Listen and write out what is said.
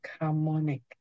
harmonic